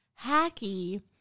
hacky